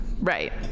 Right